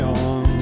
on